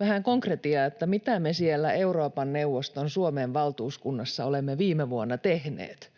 vähän konkretiaa siitä, mitä me siellä Euroopan neuvoston Suomen valtuuskunnassa olemme viime vuonna tehneet,